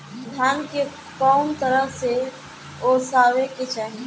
धान के कउन तरह से ओसावे के चाही?